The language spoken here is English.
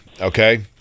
okay